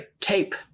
tape